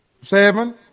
seven